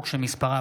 הכנסת,